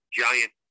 giant